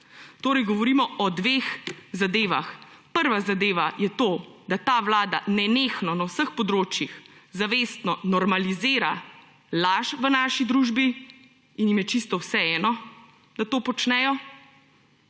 Torej govorimo o dveh zadevah. Prva zadeva je to, da ta vlada nenehno na vseh področjih zavestno normalizira laž v naši družbi in jim je čisto vseeno, da to počnejo.